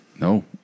No